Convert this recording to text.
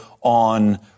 on